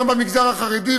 גם במגזר החרדי,